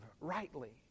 rightly